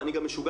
ואני גם משוגע,